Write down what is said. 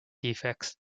defects